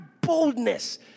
boldness